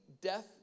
death